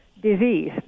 disease